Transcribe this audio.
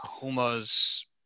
Huma's